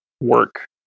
work